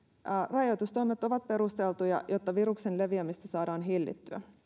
rajoitustoimet ovat perusteltuja jotta viruksen leviämistä saadaan hillittyä